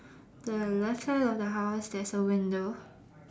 the left side of the house there's a window